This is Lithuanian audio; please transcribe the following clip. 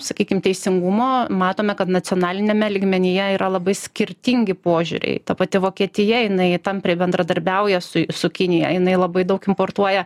sakykim teisingumo matome kad nacionaliniame lygmenyje yra labai skirtingi požiūriai ta pati vokietija jinai tampriai bendradarbiauja su su kinija jinai labai daug importuoja